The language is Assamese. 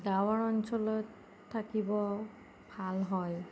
গাঁৱৰ অঞ্চলত থাকিব ভাল হয়